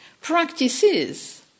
practices